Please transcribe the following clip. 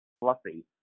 fluffy